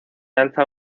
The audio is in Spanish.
alza